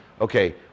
Okay